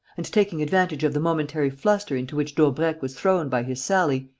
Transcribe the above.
and, taking advantage of the momentary fluster into which daubrecq was thrown by his sally,